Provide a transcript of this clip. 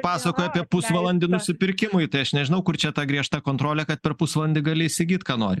pasakojo apie pusvalandį nusipirkimui tai aš nežinau kur čia ta griežta kontrolė kad per pusvalandį gali įsigyt ką nori